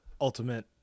ultimate